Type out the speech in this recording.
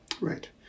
Right